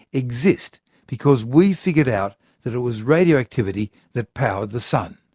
exist because we figured out that it was radioactivity that powered the sun.